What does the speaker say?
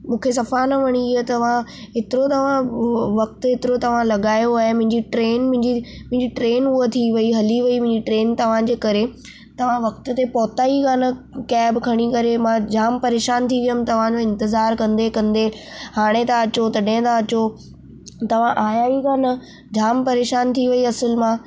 मूंखे सफ़ा न वणी ईअं तव्हां हेतिरो तव्हां वक़्तु हेतिरो तव्हां लॻायो आहे मुंहिंजी ट्रेन मिंजी ट्रेन हुअ थी वई हली वई मुंहिंजी ट्रेन तव्हां जे करे तव्हां वक़्त ते पहुता ई कान कैब खणी करे मां जामु परेशानु थी वियमि तव्हांजो इंतज़ारु कंदे कंदे हाणे था अचो तॾहिं था अचो तव्हां आया ई कान जामु परेशानु थी वई असुलु मां